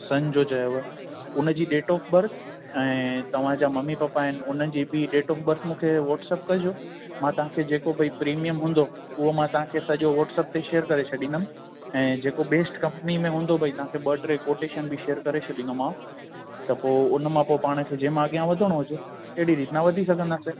सन जो चयव उन जी डेट ऑफ बर्थ ऐं तव्हांजा मम्मी पापा आहिनि उन्हनि जी बि डेट ऑफ बर्थ मूंखे व्हाट्सअप कजो मां तव्हांखे जेको भाई प्रीमियम हूंदो उहो मां तव्हांखे सॼो व्हाट्सअप ते शेयर करे छॾींदुमि ऐं जेको बेस्ट कंपनी में हूंदो भाई तव्हांखे ॿ टे कोटिशन बि शेयर करे छॾींदोमांव त पोइ उन मां पोइ पाण में जंहिंमां अॻियां वधणो हुजे एॾी रीत मां वधी सघंदासीं